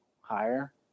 higher